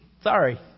Sorry